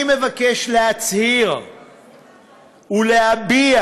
אני מבקש להצהיר ולהביע,